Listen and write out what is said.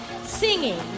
Singing